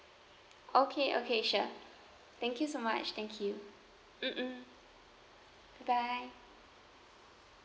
okay okay sure thank you so much thank you mm mm bye bye